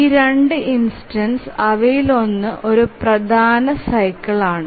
ഈ 2 ഇൻസ്റ്റൻസ്സ് അവയിലൊന്ന് ഒരു പ്രധാന സൈക്കിൾ ആണ്